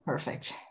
Perfect